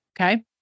Okay